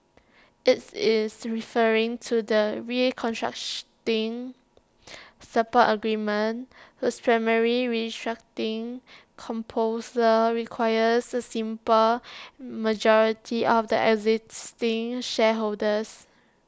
it's is referring to the support agreement whose primary restructuring proposal requires A simple majority of the existing shareholders